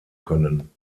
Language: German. können